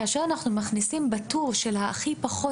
כאשר אנחנו מכניסים בטור של הכי פחות